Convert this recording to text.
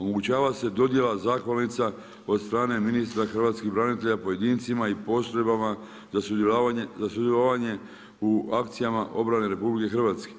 Omogućava se dodjela zahvalnica od strane ministra hrvatskih branitelja, pojedincima i postrojbama za sudjelovanje u akcijama obrane RH.